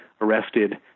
arrested